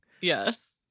Yes